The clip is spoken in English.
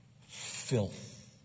filth